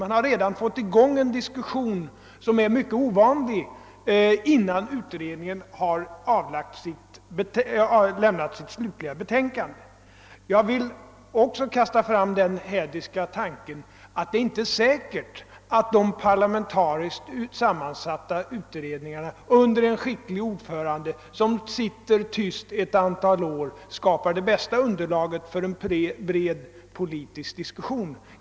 Man har redan fått i gång en diskussion — vilket är mycket ovanligt — innan utredningen har lämnat sitt slutliga betänkande. Jag vill också kasta fram den hädiska tanken att det inte är säkert att de parlamentariskt sammansatta utredningarna under en skicklig ordförande, som arbetar i tysthet ett antal år, skapar det bästa underlaget för en bred politisk diskussion.